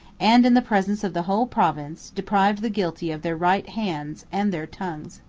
and, in the presence of the whole province, deprived the guilty of their right hands and their tongues.